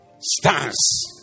stance